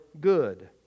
good